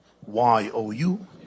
Y-O-U